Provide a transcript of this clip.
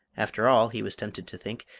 after all, he was tempted to think,